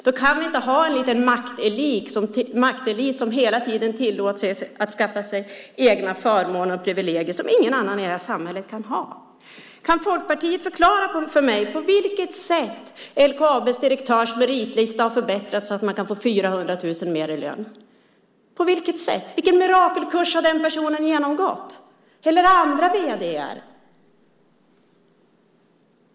Då kan vi inte ha en liten maktelit som hela tiden tillåter sig att skaffa sig egna förmåner och privilegier som ingen annan i det här samhället kan ha. Kan Folkpartiet förklara för mig på vilket sätt LKAB:s direktörs meritlista har förbättrats så att han kan få 400 000 mer i lön? Vilken mirakelkurs har den personen genomgått, eller andra vd:ar?